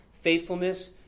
faithfulness